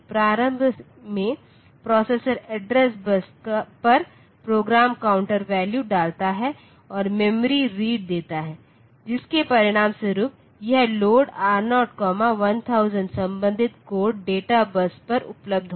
प्रारंभ में processor address bus पर प्रोग्राम काउंटर वैल्यू डालता है और मेमोरी रीड देता है जिसके परिणामस्वरूप यह load R0 1000 संबंधित कोड डेटा बस पर उपलब्ध होगा